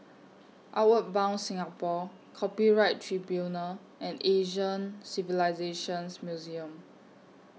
Outward Bound Singapore Copyright Tribunal and Asian Civilisations Museum